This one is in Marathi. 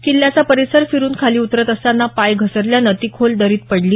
किल्ल्याचा परिसर फिरुन खाली उतरत असताना पाय घसरल्यानं ती खोल दरीत पडली